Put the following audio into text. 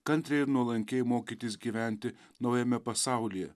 kantriai ir nuolankiai mokytis gyventi naujame pasaulyje